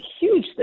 huge